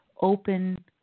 open